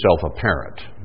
self-apparent